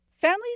families